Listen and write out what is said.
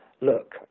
Look